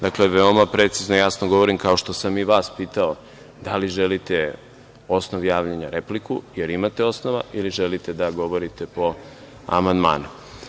Dakle, veoma precizno i jasno govorim, kao što sam i vas pitao da li želite osnov javljanja repliku, jer imate osnova, ili želite da govorite po amandmanu.